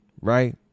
Right